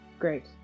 Great